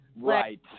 Right